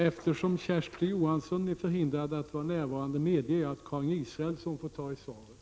Då Paul Lestander är förhindrad att närvara medger jag att Tore Claeson får ta emot svaret.